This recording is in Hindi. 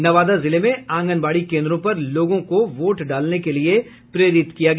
नवादा जिले में आंगनबाड़ी केन्द्रों पर लोगों को वोट डालने के लिये प्रेरित किया गया